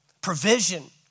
provision